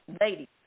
Ladies